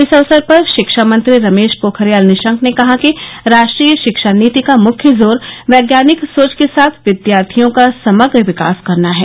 इस अवसर पर शिक्षा मंत्री रमेश पोखरियाल निशंक ने कहा कि राष्ट्रीय शिक्षा नीति का मुख्य जोर वैज्ञानिक सोच के साथ विद्यार्थियों का समग्र विकास करना है